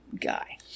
guy